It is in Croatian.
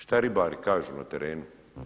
Šta ribari kažu na terenu?